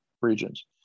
regions